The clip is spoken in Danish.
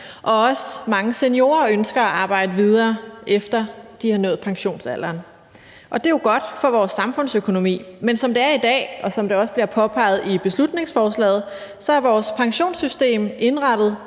og også mange seniorer ønsker at arbejde videre, efter de har nået pensionsalderen. Det er jo godt for vores samfundsøkonomi, men som det er i dag, og som det også bliver påpeget i beslutningsforslaget, så er vores pensionssystem indrettet